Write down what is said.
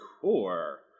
core